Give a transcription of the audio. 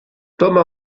toma